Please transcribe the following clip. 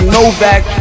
Novak